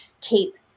keep